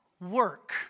work